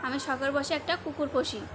আমি শখের বশে একটা কুকুর পুষি